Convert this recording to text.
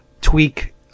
tweak